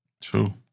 True